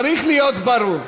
צריך להיות ברור: